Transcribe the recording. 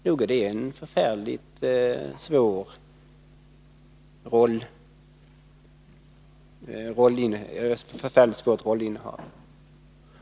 Nog är det ett förfärligt svårt rollinnehav!